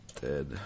Dead